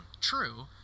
true